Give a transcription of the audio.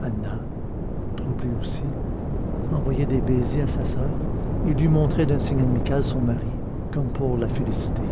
anna troublée aussi envoyait des baisers à sa soeur et lui montrait d'un signe amical son mari comme pour la féliciter